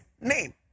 name